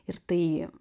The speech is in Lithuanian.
ir tai